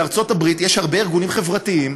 בארצות-הברית יש הרבה ארגונים חברתיים,